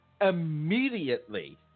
immediately